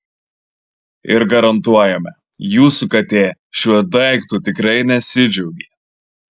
ir garantuojame jūsų katė šiuo daiktu tikrai nesidžiaugė